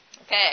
Okay